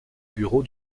bureau